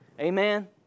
Amen